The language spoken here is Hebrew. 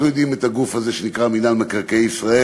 אנחנו מכירים את הגוף הזה שנקרא מינהל מקרקעי ישראל: